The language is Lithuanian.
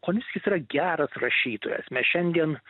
konvickis yra geras rašytojas mes šiandien